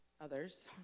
others